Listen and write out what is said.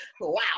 Wow